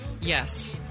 Yes